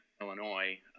Illinois